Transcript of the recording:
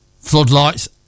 floodlights